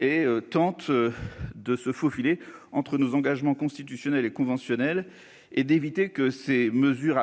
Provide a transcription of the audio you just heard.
a tenté de se faufiler entre nos engagements constitutionnels et conventionnels, et d'éviter que ces mesures